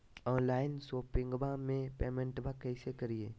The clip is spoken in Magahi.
ऑनलाइन शोपिंगबा में पेमेंटबा कैसे करिए?